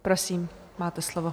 Prosím, máte slovo.